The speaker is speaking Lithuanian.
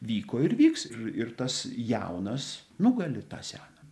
vyko ir vyks ir ir tas jaunas nugali tą seną